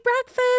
breakfast